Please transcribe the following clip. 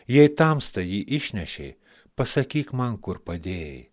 jei tamsta jį išnešei pasakyk man kur padėjai